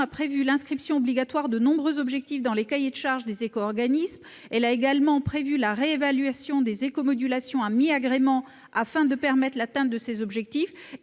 a prévu l'inscription obligatoire de nombreux objectifs dans les cahiers des charges des éco-organismes ; elle a également prévu la réévaluation des éco-modulations à mi-agrément, afin de permettre d'atteindre ces objectifs